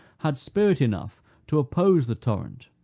had spirit enough to oppose the torrent,